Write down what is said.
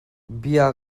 bia